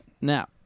Now